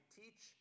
teach